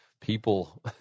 people